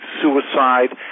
suicide